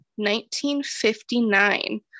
1959